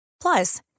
Plus